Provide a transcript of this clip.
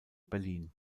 berlin